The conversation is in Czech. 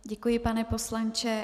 Děkuji, pane poslanče.